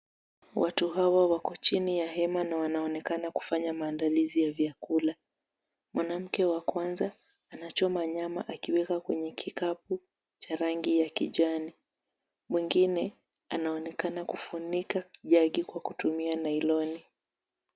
Watu Hawa wako chini ya hema na wanaonekana kufanya maandalizi ya vyakula. Mwanamke wa kwanza anachoma nyama akiweka kwenye kikapu cha rangi ya kijani. Mwingine anaonekana kufunika jagi kutumia nyloni .